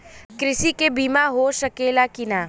कृषि के बिमा हो सकला की ना?